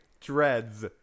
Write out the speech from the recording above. dreads